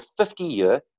50-year